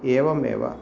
एवम् एव